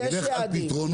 יש יעדים.